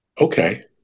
okay